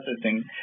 processing